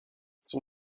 son